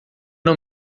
não